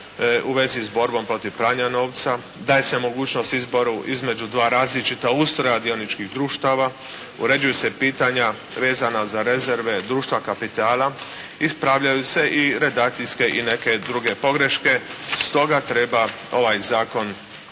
u vezi s borbom protiv pranja novca, daje se mogućnost izboru između dva različita ustroja dioničkih društava, uređuju se pitanja vezana za rezerve društva kapitala, ispravljaju se redakcijske i neke druge pogreške, stoga treba ovaj Zakon